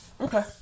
Okay